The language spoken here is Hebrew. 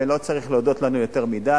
ולא צריך להודות לנו יותר מדי,